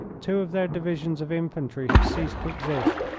two of their divisions of infantry have ceased to exist,